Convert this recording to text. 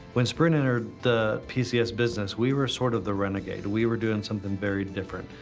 when sprint entered the pcs business we were sort of the renegade. we were doing something very different,